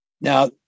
now